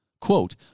Quote